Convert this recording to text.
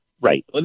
Right